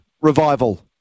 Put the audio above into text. Revival